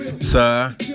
Sir